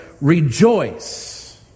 rejoice